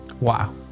Wow